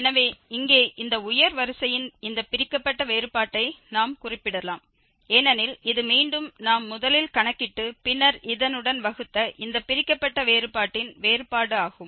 எனவே இங்கே இந்த உயர் வரிசையின் இந்த பிரிக்கப்பட்ட வேறுபாட்டை நாம் குறிப்பிடலாம் ஏனெனில் இது மீண்டும் நாம் முதலில் கணக்கிட்டு பின்னர் இதனுடன் வகுத்த அந்த பிரிக்கப்பட்ட வேறுபாட்டின் வேறுபாடு ஆகும்